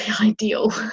ideal